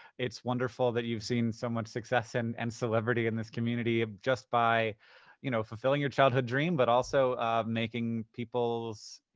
it's wonderful that you've seen so much success and and celebrity in this community ah just by you know fulfilling your childhood dream, but also making people's,